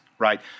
Right